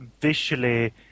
visually